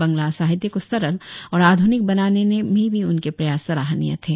बांग्ला साहित्य को सरल और आध्निक बनाने में भी उनके प्रयास सराहनीय थे